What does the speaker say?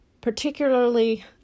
Particularly